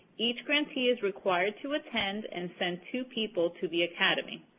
each grantee is required to attend and send two people to the academy.